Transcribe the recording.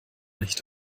nicht